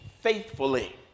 faithfully